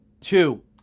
Two